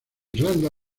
irlanda